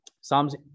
Psalms